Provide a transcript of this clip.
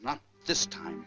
not this time